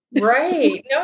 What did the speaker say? Right